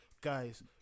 Guys